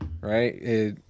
right